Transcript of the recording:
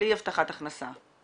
הבטחת הכנסה.